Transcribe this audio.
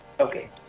Okay